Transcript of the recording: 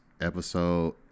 episode